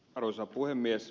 arvoisa puhemies